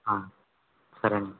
సరేనండి